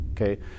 Okay